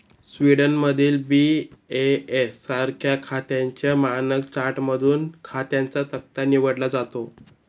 स्वीडनमधील बी.ए.एस सारख्या खात्यांच्या मानक चार्टमधून खात्यांचा तक्ता निवडला जातो